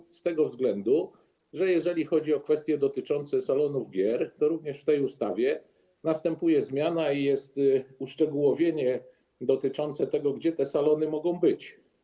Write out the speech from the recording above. Pytam z tego względu, że jeżeli chodzi o kwestie dotyczące salonów gier, to również w tej ustawie następuje zmiana i jest uszczegółowienie dotyczące tego, gdzie te salony mogą być.